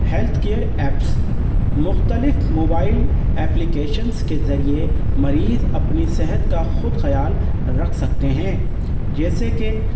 health care apps مختلف mobile applications کے ذریعے مریض اپنی صحت کا خود خیال رکھ سکتے ہیں جیسے کہ